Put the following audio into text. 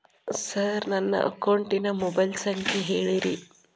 sir ನನ್ನ ಅಕೌಂಟಿನ mobile ಸಂಖ್ಯೆ ಹೇಳಿರಿ